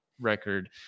record